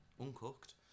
uncooked